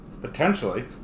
Potentially